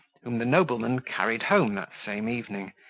whom the nobleman carried home that same evening,